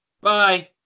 Bye